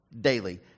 Daily